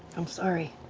i'm sorry.